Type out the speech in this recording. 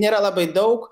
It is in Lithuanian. nėra labai daug